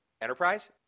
Enterprise